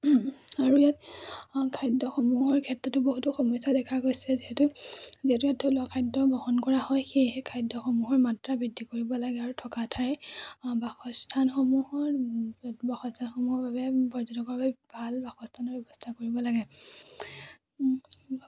আৰু ইয়াত খাদ্যসমূহৰ ক্ষেত্ৰতো বহুতো সমস্যা দেখা গৈছে যিহেতু যিহেতু ইয়াত থলুৱা খাদ্য গ্ৰহণ কৰা হয় সেয়েহে খাদ্যসমূহৰ মাত্ৰা বৃদ্ধি কৰিব লাগে আৰু থকা ঠাই বাসস্থানসমূহৰ বাসস্থানসমূহৰ বাবে পৰ্যটকৰ বাবে ভাল বাসস্থানৰ ব্যৱস্থা কৰিব লাগে